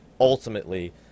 ultimately